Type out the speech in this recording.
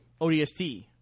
ODST